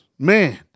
Man